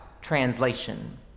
translation